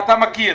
אתה מכיר.